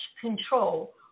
control